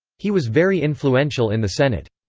he was very influential in the senate.